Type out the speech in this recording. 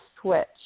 switch